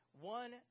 one